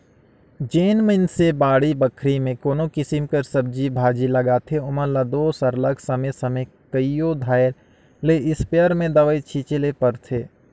जेन मइनसे बाड़ी बखरी में कोनो किसिम कर सब्जी भाजी लगाथें ओमन ल दो सरलग समे समे कइयो धाएर ले इस्पेयर में दवई छींचे ले परथे